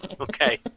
okay